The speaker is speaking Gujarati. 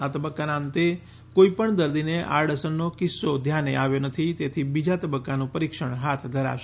આ તબક્કાના અંતે કોઇપણ દર્દીને આડઅસરનો કિસ્સો ધ્યાને આવ્યો નથી તેથી બીજા તબક્કાનું પરિક્ષણ હાથ ધરાશે